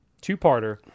Two-parter